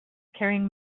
carrying